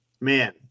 man